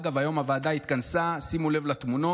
אגב, היום הוועדה התכנסה, ושימו לב לתמונות